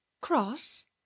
Cross